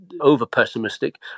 over-pessimistic